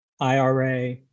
ira